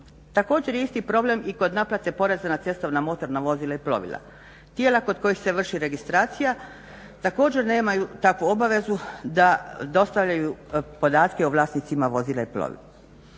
Također je isti problem i kod naplate poreza na cestovna motorna vozila i plovila. Tijela kod kojih se vrši registracija također nemaju takvu obavezu da dostavljaju podatke o vlasnicima vozila i plovila.